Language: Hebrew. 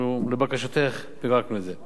אנחנו, לבקשתך, פירקנו את זה,